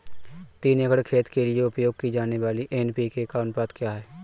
तीन एकड़ खेत के लिए उपयोग की जाने वाली एन.पी.के का अनुपात क्या है?